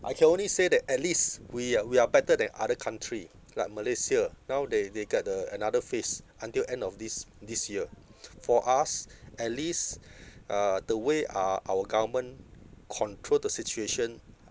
I can only say that at least we uh we are better than other country like malaysia now they they got the another phase until end of this this year for us at least uh the way uh our government control the situation